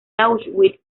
auschwitz